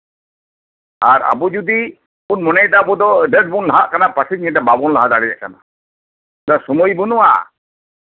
ᱟᱵᱚ ᱡᱚᱫᱤ ᱟᱵᱚ ᱵᱚᱱ ᱢᱚᱱᱮᱭ ᱫᱟ ᱰᱷᱮᱨ ᱵᱚᱱ ᱞᱟᱦᱟᱜ ᱠᱟᱱᱟ ᱯᱟᱥᱮᱡ ᱢᱮᱱᱫᱟ ᱵᱟᱵᱚᱱ ᱞᱟᱦᱟ ᱫᱟᱲᱮᱭᱟᱜ ᱠᱟᱱᱟ ᱱᱚᱛᱮ ᱥᱚᱢᱚᱭ ᱵᱟᱹᱱᱩᱜᱼᱟ